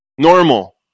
Normal